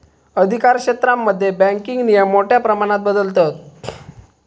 अधिकारक्षेत्रांमध्ये बँकिंग नियम मोठ्या प्रमाणात बदलतत